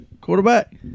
quarterback